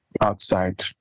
outside